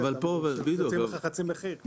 אבל פה מציעים לך חצי מחיר.